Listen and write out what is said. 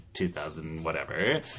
2000-whatever